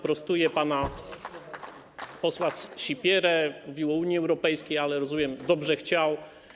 Prostuję pana posła Sipierę - mówił o Unii Europejskiej, ale rozumiem, dobrze chciał.